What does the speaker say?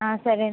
ఆ సరే